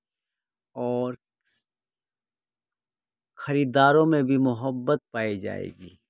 اور خریداروں میں بھی محبت پائی جائے گی